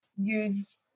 use